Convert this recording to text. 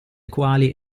quali